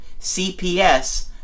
CPS